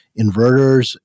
inverters